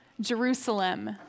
Jerusalem